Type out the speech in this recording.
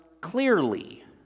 clearly